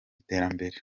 iterambere